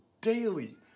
daily